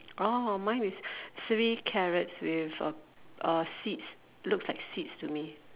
oh mine is three carrots with uh uh seeds looks like seeds to me